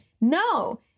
No